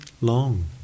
long